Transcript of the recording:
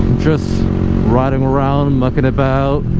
just riding around mucking about